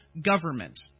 government